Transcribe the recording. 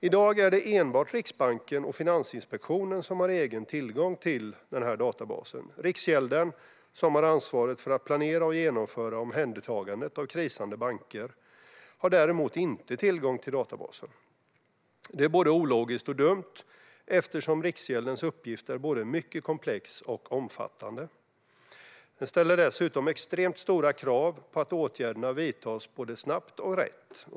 I dag är det enbart Riksbanken och Finansinspektionen som har egen tillgång till databasen. Riksgälden, som har ansvaret för att planera och genomföra omhändertagandet av krisande banker, har däremot inte tillgång till databasen. Det är både ologiskt och dumt, eftersom Riksgäldens uppgift är mycket komplex och omfattande. Den ställer dessutom extremt stora krav på att åtgärderna vidtas både snabbt och rätt.